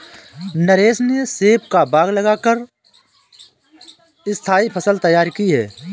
नरेश ने सेब का बाग लगा कर स्थाई फसल तैयार की है